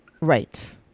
Right